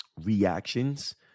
reactions